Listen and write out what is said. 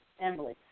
Emily